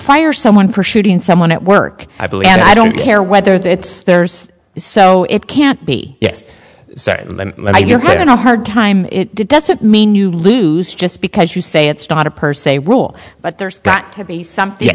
fire someone for shooting someone at work i believe and i don't care whether it's theirs so it can't be yes you're going to a hard time it doesn't mean you lose just because you say it's not a per se rule but there's got to be something